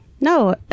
No